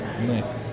Nice